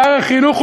שר החינוך,